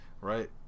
Right